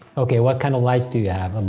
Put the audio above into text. okay, what kind of lights do you have? um